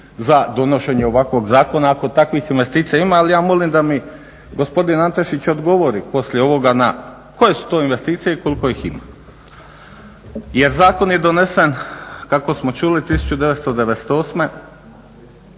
za donošenje ovakvog zakona ako takvih investicija ima. Ali ja molim da mi gospodin Antešić odgovori poslije ovoga na koje su to investicije i koliko ih ima. Jer zakon je donesen kako smo čuli 1998.